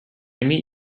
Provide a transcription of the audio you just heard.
meet